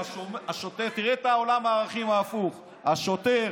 תראה את עולם הערכים ההפוך, השוטר